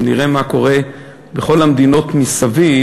אם נראה מה קורה בכל המדינות מסביב,